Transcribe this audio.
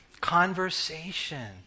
Conversation